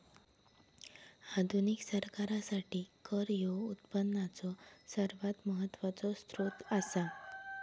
आधुनिक सरकारासाठी कर ह्यो उत्पनाचो सर्वात महत्वाचो सोत्र असा